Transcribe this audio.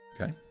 Okay